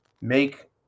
Make